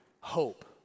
hope